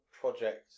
project